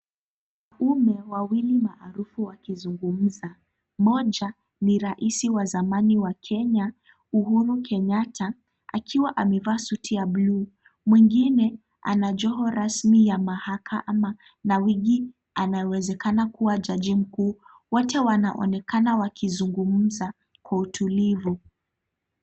Wanaume maarufu wakizungumza. Mmoja ni rais wa zamani wa Kenya Uhuru Kenyatta akiwa amevaa suti ya bluu. Mwingine ana joho rasmi ya mahakama na wigi anawezekana kuwa jaji mkuu. Wote wanaonekana wakizungumza kwa utulivu.